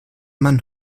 man